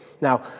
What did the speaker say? Now